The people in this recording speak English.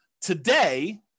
Today